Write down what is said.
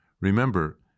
Remember